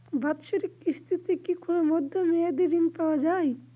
বাৎসরিক কিস্তিতে কি কোন মধ্যমেয়াদি ঋণ পাওয়া যায়?